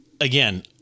again